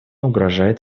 угрожает